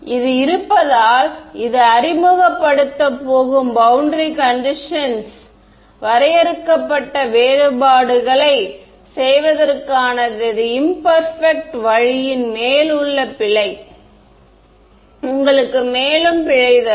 இது இருப்பதால் இது அறிமுகப்படுத்தப் போகும் பௌண்டரி கண்டிஷன்ஸ் வரையறுக்கப்பட்ட வேறுபாடுகளைச் செய்வதற்கான எனது அபூரண வழியின் மேல் உள்ள பிழை உங்களுக்கு மேலும் பிழை தரும்